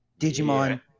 Digimon